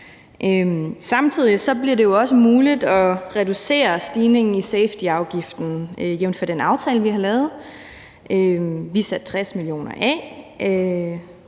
Samtidig bliver det også muligt at reducere stigningen i safetyafgiften, jævnfør den aftale, vi har lavet. Vi satte 60 mio. kr.